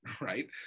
right